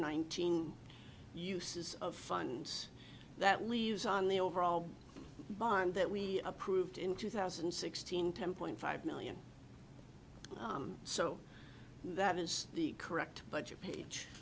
nineteen uses of funds that leaves on the overall bond that we approved in two thousand and sixteen ten point five million so that is the correct budget page